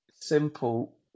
simple